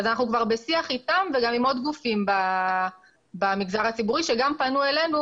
אז אנחנו כבר בשיח איתם וגם עם עוד גופים במגזר הציבורי שגם פנו אלינו